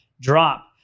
drop